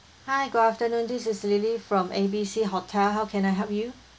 hi good afternoon this is lilly from A B C hotel how can I help you